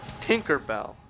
Tinkerbell